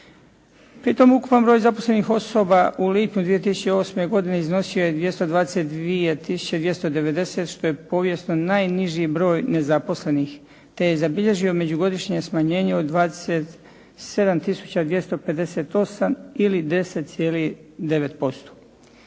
Pritom ukupan broj zaposlenih osoba u lipnju 2008. godine iznosio je 222 tisuće 290 što je povijesno najniži broj nezaposlenih te je zabilježio međugodišnje smanjenje od 27 tisuća 258 ili 10,9%.